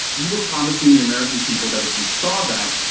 you were promising the american people that if you saw that,